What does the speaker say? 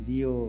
Dio